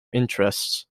interests